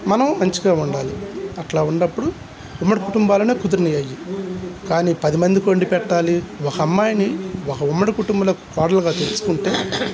మనం మంచిగా ఉండాలి అట్లా ఉన్నప్పుడు ఉమ్మడి కుటుంబాలలోనే కుదిరినవి అవీ పదిమందికి వండి పెట్టాలి ఒక అమ్మాయిని ఒక ఉమ్మడి కుటుంబంలో కోడలిగా తెచ్చుకుంటే